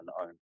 own